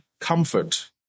comfort